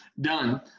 done